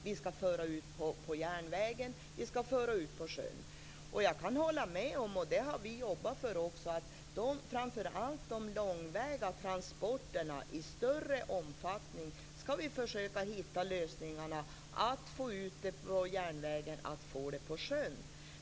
Vi skall föra ut på järnvägen, vi skall föra ut på sjön. Jag kan hålla med om, och det har vi jobbat för också, att vi framför allt i fråga om de långväga transporterna i större omfattning skall försöka hitta lösningarna att få ut det här på järnvägen och sjön.